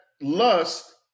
lust